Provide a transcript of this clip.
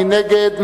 מי נגד?